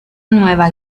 nueva